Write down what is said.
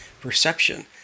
perception